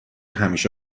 همیشه